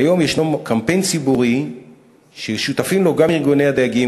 כיום ישנו קמפיין ציבורי ששותפים לו גם ארגוני הדייגים,